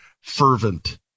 fervent